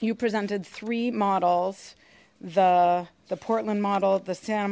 you presented three models the the portland model the santa